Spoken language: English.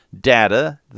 data